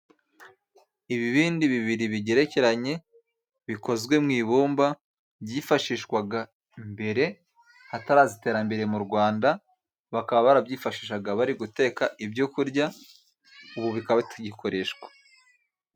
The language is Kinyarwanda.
Ibibindi bibiri bigerekeranye bikozwe mu ibumba byifashishwaga mbere hataraza iterambere mu uRwanda, bakaba barabyifashishaga bari guteka ibyo kurya, ubu bikaba bitagikoreshwa.